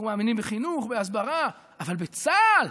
אנחנו מאמינים בחינוך, בהסברה, אבל בצה"ל,